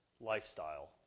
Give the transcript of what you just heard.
lifestyle